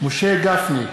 משה גפני,